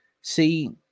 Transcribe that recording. See